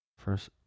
first